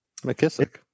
McKissick